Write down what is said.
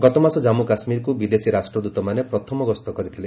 ଗତମାସ ଜାନ୍ଗୁ କାଶ୍ମୀରକୁ ବିଦେଶୀ ରାଷ୍ଟ୍ରଦୂତମାନେ ପ୍ରଥମ ଗସ୍ତ କରିଥିଲେ